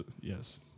Yes